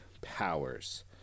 Powers